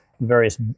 various